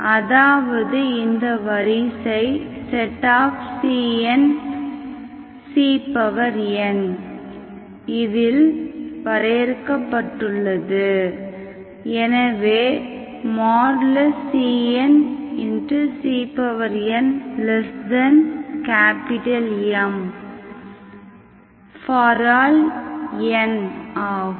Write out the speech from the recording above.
அதாவது இந்த வரிசை cncn இல் வரையறுக்கப்பட்டுள்ளது எனவே cncnM∀n ஆகும்